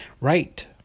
Right